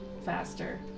faster